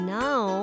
now